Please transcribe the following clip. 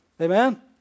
Amen